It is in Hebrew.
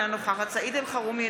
אינה נוכחת סעיד אלחרומי,